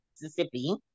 Mississippi